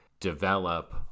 Develop